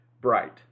Bright